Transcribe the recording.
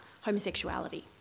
homosexuality